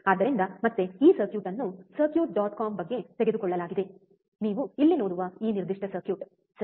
ಆದ್ದರಿಂದ ಮತ್ತೆ ಈ ಸರ್ಕ್ಯೂಟ್ ಅನ್ನು ಸರ್ಕ್ಯೂಟ್ ಡಾಟ್ ಕಾಮ್ ಬಗ್ಗೆ ತೆಗೆದುಕೊಳ್ಳಲಾಗಿದೆ ನೀವು ಇಲ್ಲಿ ನೋಡುವ ಈ ನಿರ್ದಿಷ್ಟ ಸರ್ಕ್ಯೂಟ್ ಸರಿ